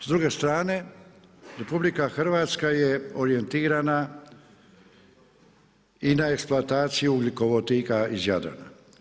S druge strane, RH je orijentirana i na eksploataciju ugljikovodika iz Jadrana.